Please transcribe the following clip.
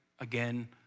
again